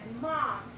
Mom